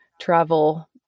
travel